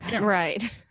Right